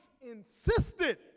insisted